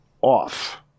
off